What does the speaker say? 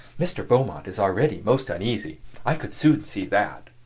mr. beaumont is already most uneasy i could soon see that.